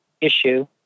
issue